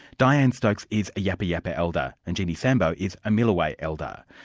dianne stokes is a yapa yapa elder and jeannie sambo is a milwayi elder.